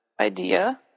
idea